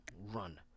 run